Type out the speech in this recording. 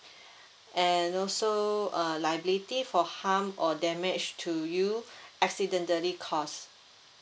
and also uh likability for harm or damage to you accidentally cause